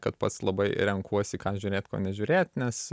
kad pats labai renkuosi ką žiūrėt ko nežiūrėt nes